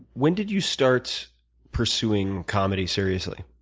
when did you start pursuing comedy seriously,